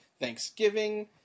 Thanksgiving